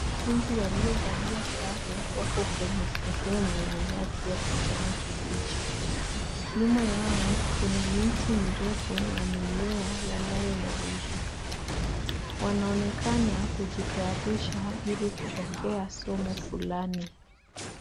Wanafunzi waliovalia sare wako kwenye sehemu ya nyasi ya kijani kibichi. Nyuma yao kuna miti mirefu na mimea yanayonawiri. Wanaonekana kujitayarisha ili kupokea somo fulani.